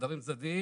בחדרים צדדים.